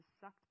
sucked